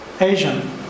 Asian